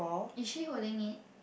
is she holding it